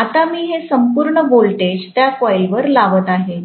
आता मी हे संपूर्ण व्होल्टेज त्या कॉईलवर लावत आहे